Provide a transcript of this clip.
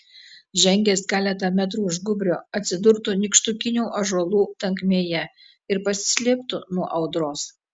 žengęs keletą metrų už gūbrio atsidurtų nykštukinių ąžuolų tankmėje ir pasislėptų nuo audros